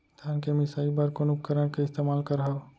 धान के मिसाई बर कोन उपकरण के इस्तेमाल करहव?